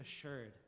assured